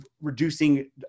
reducing